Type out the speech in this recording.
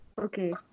Okay